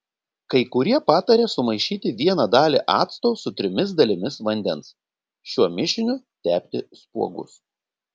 kai kurie pataria sumaišyti vieną dalį acto su trimis dalimis vandens šiuo mišiniu tepti spuogus